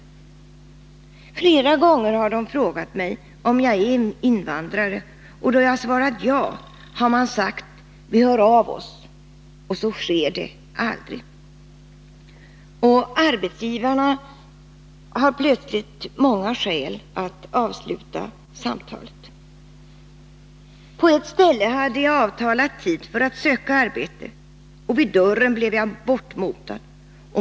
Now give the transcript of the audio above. Flera gånger har de frågat mig om jag är invandrare. Då jag svarat ja har man sagt: Vi hör av oss. Och så sker det aldrig. Arbetsgivarna har plötsligt fått många skäl att avsluta samtalet. På ett ställe hade jag avtalat tid för att söka arbete och vid dörren blev jag bortmotad.